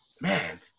Man